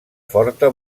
forta